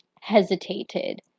hesitated